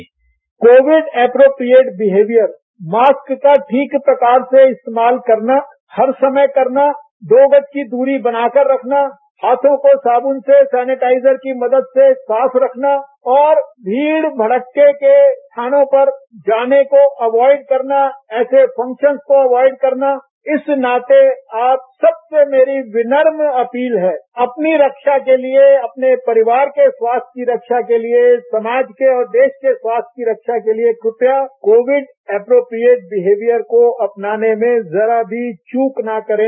bite Covid appropriate behaviour mask का ठीक प्रकार से इस्तेमाल करना हर समय करना दो गज की दूरी बना कर रखना हाथों को साबुन से सैनेटाइजर की मदद से साफ रखना और भीड़ मडक्के के स्थानों पर जाने को अवॉइड करना ऐसे फंक्शन्स को ऐवॉइड करना इस नाते आप सब से मेरी विनम्न अपील है अपनी रक्षा के लिये अपने परिवार के स्वास्थ्य की रक्षा के लिये समाज के और देश के स्वास्थ्य की रक्षा के लिये कृपया कोविड ऐप्रोप्रिएट बिहेवियर को अपनाने में जरा भी चूक ना करें